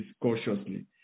cautiously